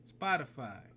Spotify